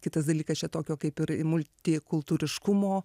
kitas dalykas čia tokio kaip ir multikultūriškumo